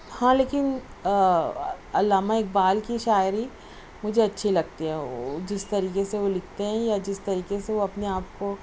ہاں لیکن علامہ اقبال کی شاعری مجھے اچھی لگتی ہے جِس طریقے سے وہ لکھتے ہیں یا جِس طریقے سے وہ اپنے آپ کو